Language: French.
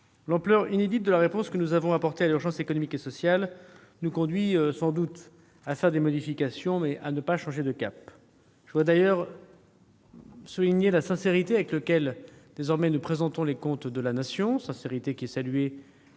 L'ampleur inédite de la réponse que nous avons apportée à l'urgence économique et sociale nous conduit sans doute à faire des modifications, mais sans changer de cap. Je voudrais d'ailleurs souligner la sincérité avec laquelle nous présentons désormais les comptes de la Nation- cette sincérité est saluée